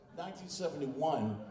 1971